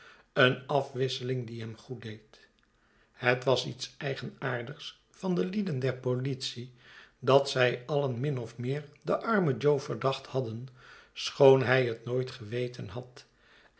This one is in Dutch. eene afwisseling die hem goeddeed het was iets eigenaardigs van de lieden der politie dat zij alien min of meer den armen jo verdacht hadden schoon hij het nooit geweten had